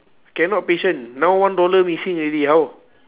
cannot patient now one dollar missing already how